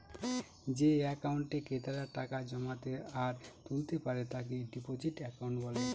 যে একাউন্টে ক্রেতারা টাকা জমাতে আর তুলতে পারে তাকে ডিপোজিট একাউন্ট বলে